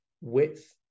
width